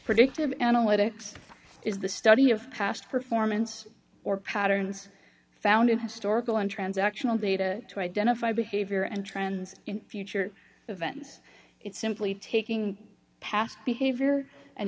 predictive analytics is the study of past performance or patterns found in historical and transactional data to identify behavior and trends in future events it's simply taking past behavior and